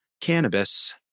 cannabis